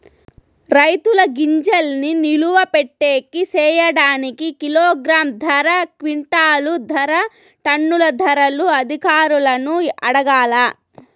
రైతుల గింజల్ని నిలువ పెట్టేకి సేయడానికి కిలోగ్రామ్ ధర, క్వింటాలు ధర, టన్నుల ధరలు అధికారులను అడగాలా?